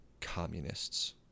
Communists